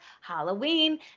Halloween